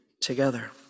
together